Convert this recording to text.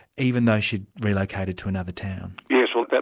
even though she'd relocated to another town. yeah so but